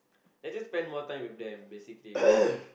and just spend more time with them basically